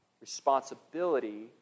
responsibility